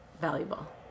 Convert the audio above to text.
valuable